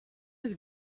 his